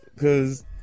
cause